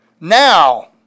Now